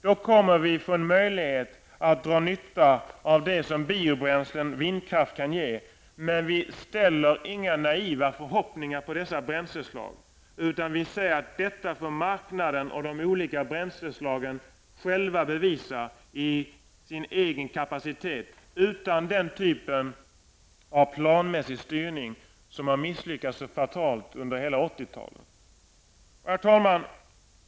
Då kommer vi att få en möjlighet att dra nytta av det som biobränslen och vindkraft kan ge. Men vi ställer inga naiva förhoppningar på dessa bränselslag. Vi säger att detta får marknaden och de olika bränsleslagen själva visa i sin egen kapicitet utan den typ av planmässig styrning som har misslyckats så fatalt under hela 1980-talet. Herr talman!